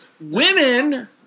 women